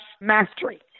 mastery